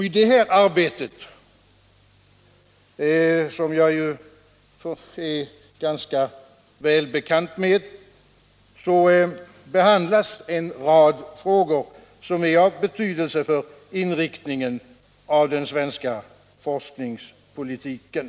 I det arbetet, som jag är ganska välbekant med, behandlas en rad frågor som är av betydelse för inriktningen av den svenska forskningspolitiken.